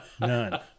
None